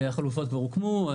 החלופות כבר הוקמו,